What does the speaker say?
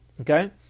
Okay